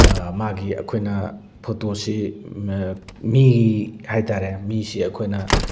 ꯃꯥꯒꯤ ꯑꯩꯈꯣꯏꯅ ꯐꯣꯇꯣꯁꯤ ꯃꯤ ꯍꯥꯏꯇꯥꯔꯦ ꯃꯤꯁꯤ ꯑꯩꯈꯣꯏꯅ